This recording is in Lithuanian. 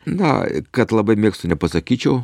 na kad labai mėgstu nepasakyčiau